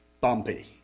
bumpy